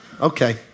Okay